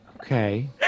Okay